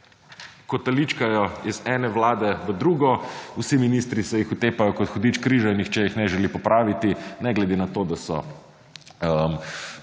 kotaličkajo iz ene Vlade v drugo, vsi ministri se jih otepajo kot hudič križa in nihče jih ne želi popraviti ne glede na to, da so